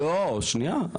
לא, שנייה.